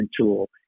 tool